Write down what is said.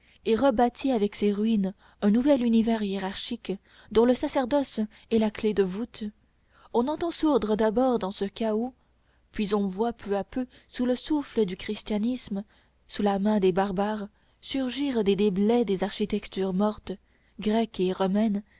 et rebâtit avec ces ruines un nouvel univers hiérarchique dont le sacerdoce est la clef de voûte on entend sourdre d'abord dans ce chaos puis on voit peu à peu sous le souffle du christianisme sous la main des barbares surgir des déblais des architectures mortes grecque et romaine